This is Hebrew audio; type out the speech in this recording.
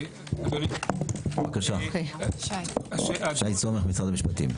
שי סומך, משרד המשפטים.